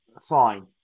fine